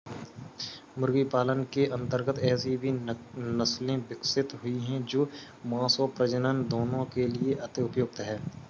मुर्गी पालन के अंतर्गत ऐसी भी नसले विकसित हुई हैं जो मांस और प्रजनन दोनों के लिए अति उपयुक्त हैं